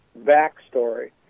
backstory